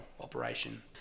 operation